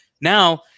now